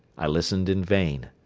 i listened in vain.